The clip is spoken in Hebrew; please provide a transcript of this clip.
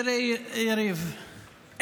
תראה יריב,